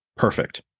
Perfect